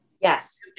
Yes